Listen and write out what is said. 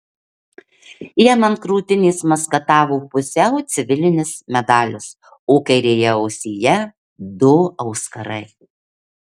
jam ant krūtinės maskatavo pusiau civilinis medalis o kairėje ausyje du auskarai